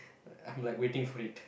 I am like waiting for it